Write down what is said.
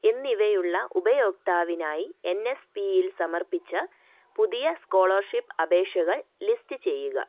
എന്നിവയുള്ള ഉപയോക്താവിനായി N S പിയിൽ സമർപ്പിച്ച പുതിയ സ്കോളർഷിപ്പ് അപേക്ഷകൾ ലിസ്റ്റ് ചെയ്യുക